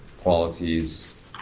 qualities